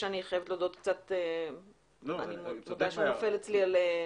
שאני חייבת להודות שנופל אצלי על --- לא,